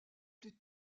plus